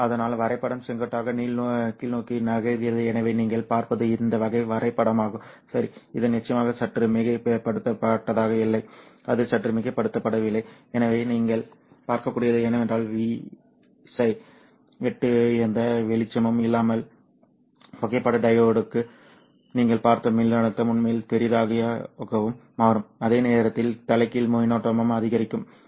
அதனால்தான் வரைபடம் செங்குத்தாக கீழ்நோக்கி நகர்கிறது எனவே நீங்கள் பார்ப்பது இந்த வகை வரைபடமாகும் இது நிச்சயமாக சற்று மிகைப்படுத்தப்பட்டதாக இல்லை அது சற்று மிகைப்படுத்தப்படவில்லை எனவே நீங்கள் பார்க்கக்கூடியது என்னவென்றால் vγ வெட்டு எந்த வெளிச்சமும் இல்லாமல் புகைப்பட டையோடு நீங்கள் பார்த்த மின்னழுத்தம் உண்மையில் பெரியதாகவும் மாறும் அதே நேரத்தில் தலைகீழ் மின்னோட்டமும் அதிகரிக்கும் சரி